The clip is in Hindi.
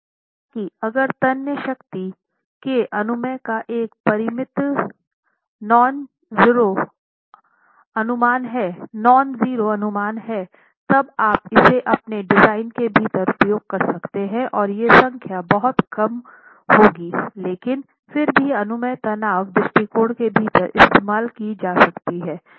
हालांकि अगर तन्य शक्ति के अनुमेय का एक परिमित नॉनजरो अनुमान है तब आप इसे अपने डिज़ाइन के भीतर उपयोग कर सकते हैं और ये संख्या बहुत काम होगी लेकिन फिर भी अनुमेय तनाव दृष्टिकोण के भीतर इस्तेमाल की जा सकती है